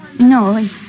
No